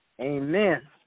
Amen